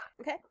Okay